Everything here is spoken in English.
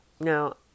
Now